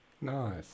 Nice